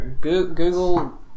Google